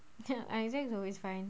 ya isaac's always fine